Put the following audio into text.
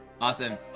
Awesome